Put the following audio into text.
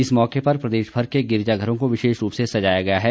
इस मौके पर प्रदेशभर के गिरिजाघरों को विशेष रूप से सजाया गया है